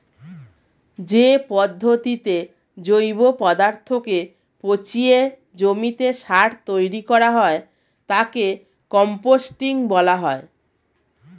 যে পদ্ধতিতে জৈব পদার্থকে পচিয়ে জমিতে সার তৈরি করা হয় তাকে কম্পোস্টিং বলা হয়